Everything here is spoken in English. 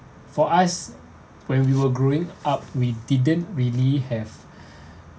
for us when we were growing up we didn't really have